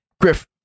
griff